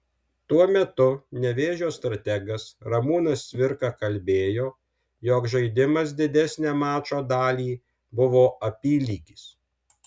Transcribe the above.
tuo metu nevėžio strategas ramūnas cvirka kalbėjo jog žaidimas didesnę mačo dalį buvo apylygis